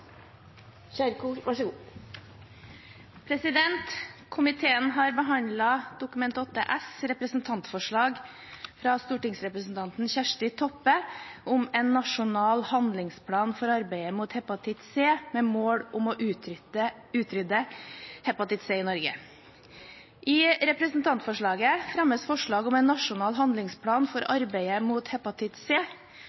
Komiteen har behandlet Dokument 8:8 S for 2016–2017, representantforslag fra stortingsrepresentanten Kjersti Toppe om en nasjonal handlingsplan for arbeidet mot hepatitt C, med mål om å utrydde hepatitt C i Norge. I representantforslaget fremmes forslag om en nasjonal handlingsplan for